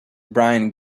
brian